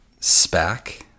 SPAC